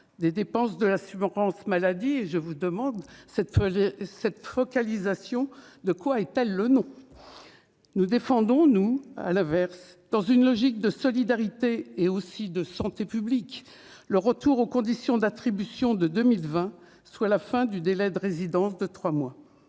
des dépenses de la maladie, et je vous demande cette fois cette focalisation de quoi est-elle le nom nous défendons, nous, à l'inverse, dans une logique de solidarité et aussi de santé publique, le retour aux conditions d'attribution de 2020, soit la fin du délai de résidence de 3 mois,